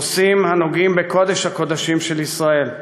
נושאים הנוגעים בקודש הקודשים של ישראל.